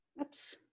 oops